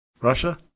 Russia